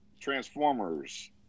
Transformers